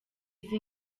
izi